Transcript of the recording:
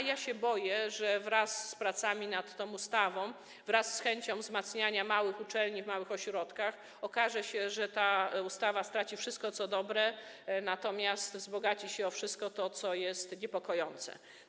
Boję się, że wraz z pracami nad tą ustawą, wraz z chęcią wzmacniania małych uczelni w małych ośrodkach okaże się, że ta ustawa straci wszystko, co dobre, natomiast wzbogaci się o to wszystko, co jest niepokojące.